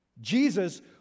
Jesus